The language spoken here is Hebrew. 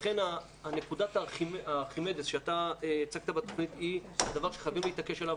לכן נקודת הארכימדס שאתה הצגת התוכנית היא דבר שחייבים להתעקש עליו.